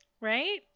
Right